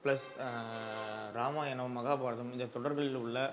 plus Ramayanam Mahabharatam இந்த தொடர்களில் உள்ள